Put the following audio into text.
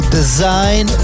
design